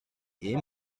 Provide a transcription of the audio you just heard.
est